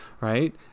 Right